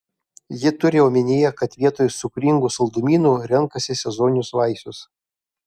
ji turi omenyje kad vietoj cukringų saldumynų renkasi sezoninius vaisius